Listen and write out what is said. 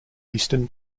eastern